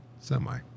Semi